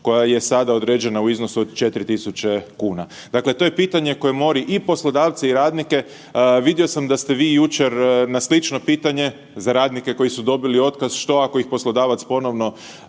koja je sada određena u iznosu od 4.000 kuna. Dakle, to je pitanje koje mori i poslodavce i radnike. Vidio sam da ste vi jučer na slično pitanje za radnike koji su dobili otkaz, što ako ih poslodavac ponovno